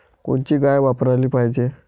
कोनची गाय वापराली पाहिजे?